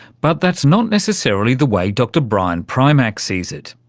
but that's not necessarily the way dr brian primack sees it.